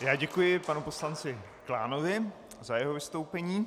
Já děkuji panu poslanci Klánovi za jeho vystoupení.